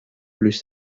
plus